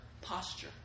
posture